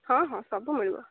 ହଁ ହଁ ସବୁ ମିଳିବ